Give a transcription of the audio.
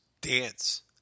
dance